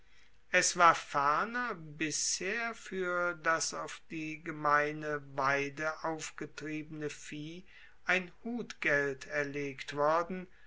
es war ferner bisher fuer das auf die gemeine weide aufgetriebene vieh ein hutgeld erlegt worden